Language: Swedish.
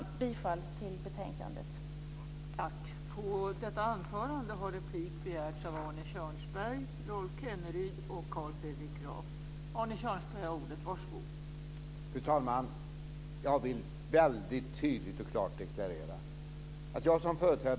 Jag yrkar bifall till utskottets förslag till riksdagsbeslut.